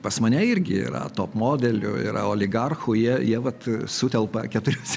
pas mane irgi yra top modelių yra oligarchų jie jie vat sutelpa keturiuose